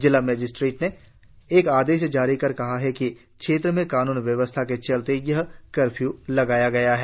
जिला मजिस्ट्रेट ने एक आदेश जारी कर कहा है कि क्षेत्र में कानून व्यवस्था के चलते यह कर्फ्यू लगाया गया है